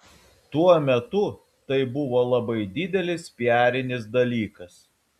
tuo metu tai buvo labai didelis piarinis dalykas